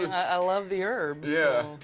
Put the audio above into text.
i love the herbs. yeah.